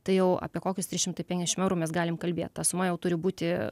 tai jau apie kokius trys šimtai penkiasdešim eurų mes galim kalbėt ta suma jau turi būti